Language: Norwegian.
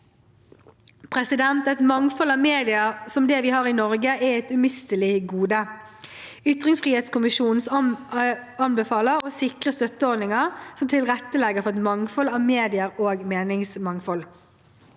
bransjer. Et mangfold av medier som det vi har i Norge, er et umistelig gode. Ytringsfrihetskommisjonen anbefaler å sikre støtteordninger som tilrettelegger for et mangfold av medier og meningsmangfold.